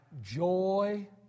joy